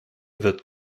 wird